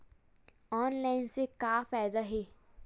Online से का फ़ायदा हे?